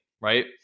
right